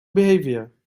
behavior